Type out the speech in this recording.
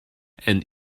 and